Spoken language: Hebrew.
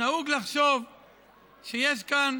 נהוג לחשוב שיש כאן